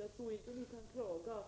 Jag tror inte att ni kan klaga